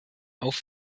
auf